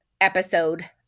episode